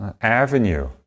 avenue